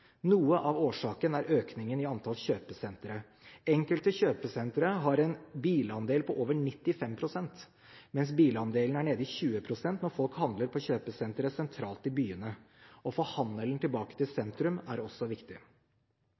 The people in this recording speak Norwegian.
Noe av årsaken er økningen i antall kjøpesentre. Enkelte kjøpesentre har en bilandel på over 95 pst., mens bilandelen er nede i 20 pst. når folk handler på kjøpesentre sentralt i byene. Å få handelen tilbake til sentrum er også viktig.